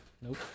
Nope